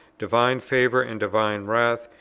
divine favour and divine wrath,